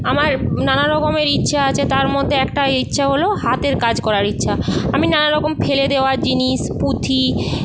আমার নানারকমের ইচ্ছা আছে তার মধ্যে একটা ইচ্ছা হলো হাতের কাজ করার ইচ্ছা আমি নানারকম ফেলে দেওয়া জিনিস পুঁথি